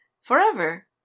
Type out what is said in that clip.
forever